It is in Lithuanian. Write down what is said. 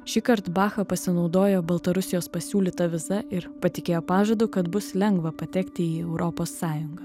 šįkart bacha pasinaudojo baltarusijos pasiūlyta viza ir patikėjo pažadu kad bus lengva patekti į europos sąjungą